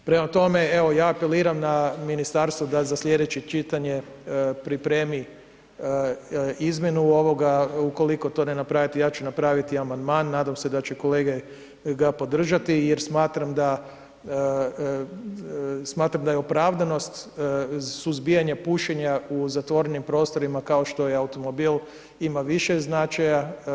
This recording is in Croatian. Prema tome, evo ja apeliram na ministarstvo da za slijedeće čitanje pripremi izmjenu ovoga, ukoliko to ne napravite ja ću napraviti amandman, nadam se da će kolege ga podržati jer smatram da, smatram da je opravdanost suzbijanja pušenja u zatvorenim prostorima kao što je automobil ima više značaja.